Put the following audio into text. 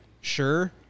sure